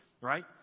right